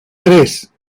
tres